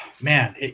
Man